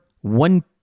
one